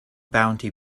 bounty